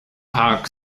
park